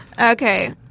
Okay